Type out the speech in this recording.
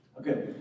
Okay